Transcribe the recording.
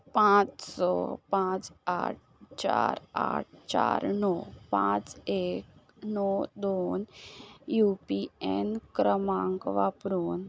पांच स पांच आठ चार आठ चार णव पांच एक णव दोन यु ए एन क्रमांक वापरून